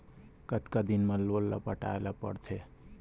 कतका दिन मा लोन ला पटाय ला पढ़ते?